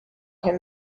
him